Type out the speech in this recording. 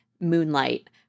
Moonlight